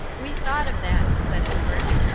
we thought of that, said edwards,